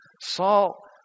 Saul